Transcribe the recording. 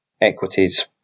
equities